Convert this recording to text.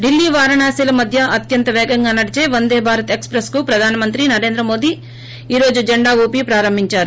ఢిల్లీ వారణాసిల మధ్య అత్యంత పేగంగా నడిచే వందేభారత్ ఎక్స్ప్రెస్కు ప్రధానమంత్రి నరేంద్రమోదీ ఈ రోజు ే జెండా ఉపి ప్రారంభించారు